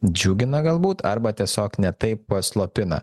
džiugina galbūt arba tiesiog ne taip slopina